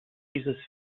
dieses